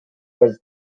was